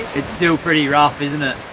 it's still pretty rough isn't it.